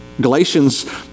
Galatians